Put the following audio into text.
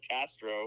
Castro